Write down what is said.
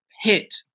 hit